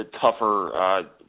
tougher